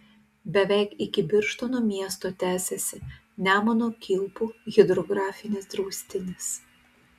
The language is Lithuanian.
beveik iki birštono miesto tęsiasi nemuno kilpų hidrografinis draustinis